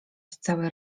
cały